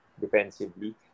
defensively